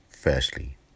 Firstly